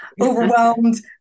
overwhelmed